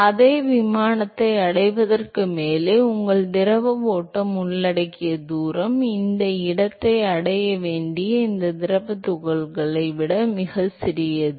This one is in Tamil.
எனவே அதே விமானத்தை அடைவதற்கு மேலே உள்ள திரவ ஓட்டம் உள்ளடக்கிய தூரம் இந்த இடத்தை அடைய வேண்டிய இந்த திரவத் துகள்களை விட மிகச் சிறியது